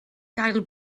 gael